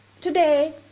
Today